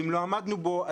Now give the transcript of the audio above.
אם לא עמדנו בו,